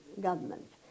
government